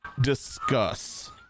discuss